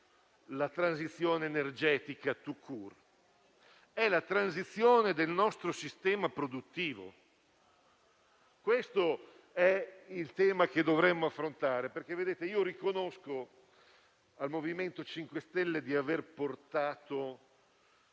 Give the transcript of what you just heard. la transizione energetica *tout court*; è la transizione del nostro sistema produttivo. Questo è il tema che dovremmo affrontare. Riconosco al MoVimento 5 Stelle di aver portato